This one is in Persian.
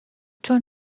چون